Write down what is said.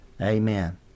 Amen